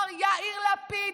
מר יאיר לפיד,